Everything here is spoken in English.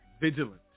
Vigilant